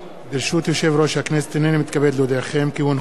כי הונחה היום על שולחן חברי הכנסת החלטת ועדת הכספים